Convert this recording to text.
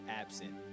absent